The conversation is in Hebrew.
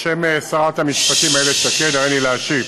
בשם שרת המשפטים איילת שקד הריני להשיב